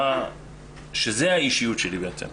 שזה האישיות שלי בעצם.